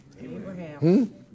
Abraham